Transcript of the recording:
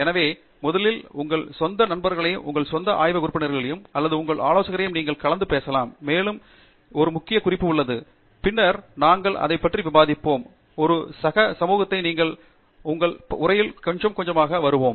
எனவே முதலில் உங்கள் சொந்த நண்பர்களையும் உங்கள் சொந்த ஆய்வக உறுப்பினர்களையும் அல்லது உங்கள் ஆலோசகரையும் பேசலாம் எனவே ஒரு முக்கிய குறிப்பும் உள்ளது பின்னர் நாங்கள் அதைப் பற்றி விவாதிப்போம் மேலும் ஒரு சக சமூகத்தை அங்கீகரிப்பதும் எனவே எங்கள் உரையில் கொஞ்சம் கொஞ்சமாக வருவோம்